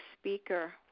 speaker